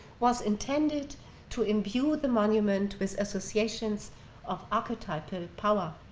was intended to imbue the monument with associations of archetypal power.